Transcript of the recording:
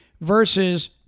versus